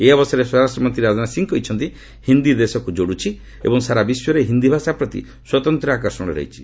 ଏହି ଅବସରରେ ସ୍ୱରାଷ୍ଟ ମନ୍ତ୍ରୀ ରାଜନାଥ ସିଂ କହିଛନ୍ତି ହିନ୍ଦୀ ଦେଶକୁ ଯୋଡୁଛି ଏବଂ ସାରା ବିଶ୍ୱରେ ହିନ୍ଦୀ ଭାଷା ପ୍ରତି ସ୍ୱତନ୍ତ୍ର ଆକର୍ଷଣ ରହିଛି